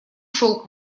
шел